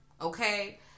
okay